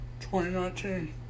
2019